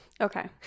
Okay